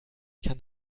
kann